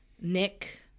Nick